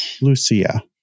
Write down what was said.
Lucia